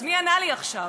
אז מי ענה לי עכשיו?